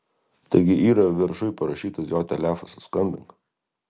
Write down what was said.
taigi yra viršuj parašytas jo telefas skambink